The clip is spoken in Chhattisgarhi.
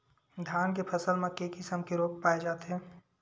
धान के फसल म के किसम के रोग पाय जाथे?